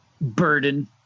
burden